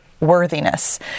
worthiness